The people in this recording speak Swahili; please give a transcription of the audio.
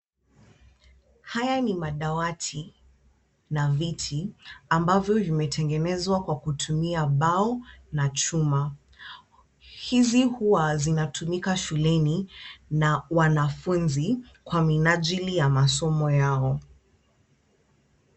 Haya ni madawati na viti, ambavyo vimetengenezwa kwa kutumia mbao na chuma. Hizi huwa zinatumika shuleni na wanafunzi kwa minajili ya masomo yao.